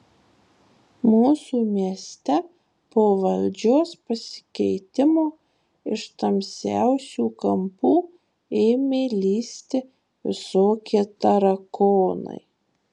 mūsų mieste po valdžios pasikeitimo iš tamsiausių kampų ėmė lįsti visokie tarakonai